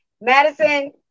Madison